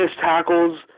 tackles